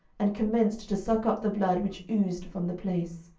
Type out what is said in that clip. and commenced to suck up the blood which oozed from the place.